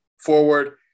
forward